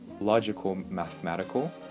logical-mathematical